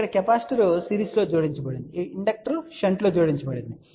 ఇక్కడ కెపాసిటర్ సిరీస్లో జోడించబడింది ఇండక్టర్ షంట్లో జోడించబడింది